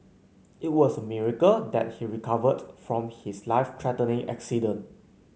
it was a miracle that he recovered from his life threatening accident